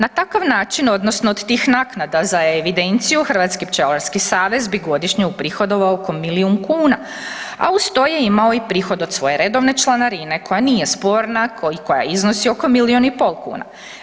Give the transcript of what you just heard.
Na takav način odnosno od tih naknada za evidenciju, Hrvatski pčelarski savez bi godišnje uprihodovao oko milijun kuna a uz to je imao i prihod od svoje redovne članarine koja nije sporna, koja iznosi oko milijun i pol kuna.